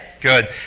Good